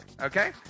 okay